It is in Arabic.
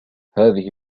هذه